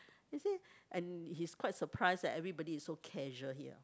is it and he's quite surprised that everybody is so casual here